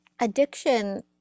Addiction